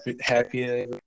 happy